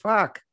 Fuck